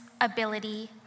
ability